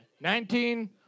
nineteen